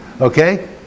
Okay